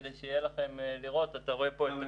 כדי שיהיה לכם לראות השוואה.